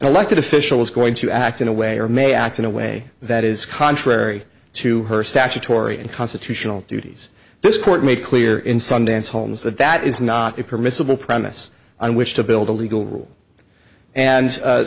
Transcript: elected official is going to act in a way or may act in a way that is contrary to her statutory and constitutional duties this court made clear in sundance holmes that that is not a permissible premise on which to build a legal and